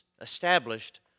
established